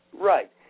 Right